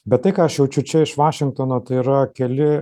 bet tai ką aš jaučiu čia iš vašingtono tai yra keli